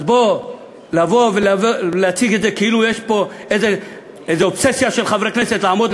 אז לבוא ולהציג את זה כאילו יש פה איזו אובססיה של חברי כנסת לעמוד,